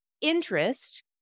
interest